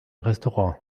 restaurant